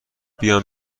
بیام